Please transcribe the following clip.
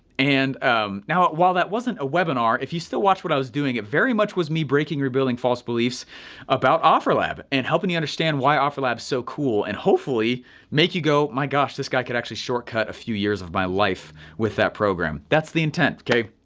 and um now while that wasn't a webinar, if you still watch what i was doing it very much was me breaking rebuilding false beliefs about offerlab and helping you understand why offerlab's so cool, and hopefully make you go, oh my gosh, this guy could actually shortcut a few years of my life with that program. that's the intent, okay?